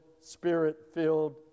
spirit-filled